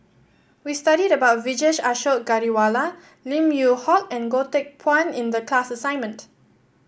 we studied about Vijesh Ashok Ghariwala Lim Yew Hock and Goh Teck Phuan in the class assignment